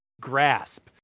grasp